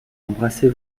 embrassez